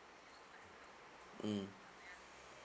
mm